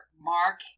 Mark